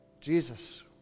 Jesus